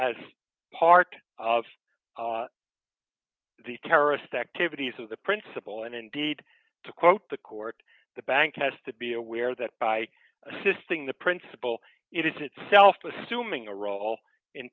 as part of these terrorist activities are the principle and indeed to quote the court the bank has to be aware that by assisting the principle it is itself assuming a role in